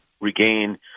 regain